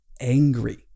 angry